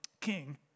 king